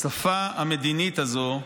השפה המדינית הזו,